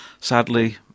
sadly